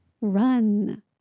run